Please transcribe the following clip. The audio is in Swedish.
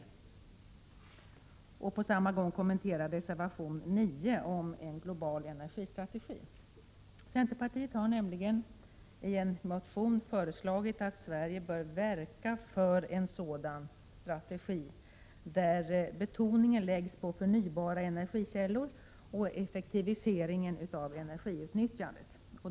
Jag skall i det sammanhanget kommentera reservation 9 om en global energistrategi. Centerpartiet har i en motion föreslagit att Sverige bör verka för en sådan strategi, där betoningen läggs på förnybara energikällor och effektivisering av energiutnyttjandet.